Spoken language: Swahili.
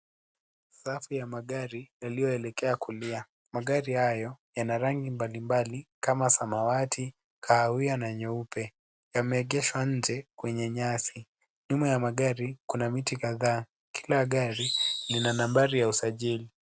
Safu ya magari yaliyoelekelea kulia, magari hayo yana rangi mbalimbali kama samawati, kahawia na nyeupe yameegheshwa nje kwenye nyasi ,nyuma ya magari kuna miti kadhaa kila gari lina nambari ya usajili.